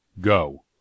Go